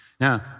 Now